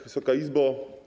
Wysoka Izbo!